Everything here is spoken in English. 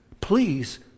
please